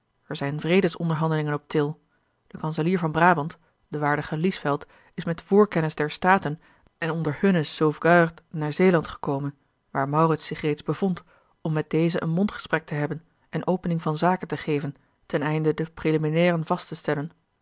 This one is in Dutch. er zijn vredesonderhandelingen op til de kanselier van braband de waardige liesveldt is met voorkennis der staten en onder hunne sauvegarde naar zeeland gekomen waar maurits zich reeds bevond om met dezen een mondgesprek te hebben en opening van zaken te geven ten einde de preliminairen vast te stellen